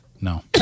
No